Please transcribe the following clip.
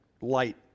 light